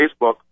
Facebook